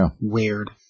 weird